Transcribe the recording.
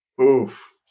Oof